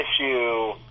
issue